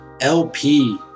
LP